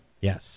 Yes